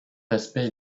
respect